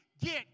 get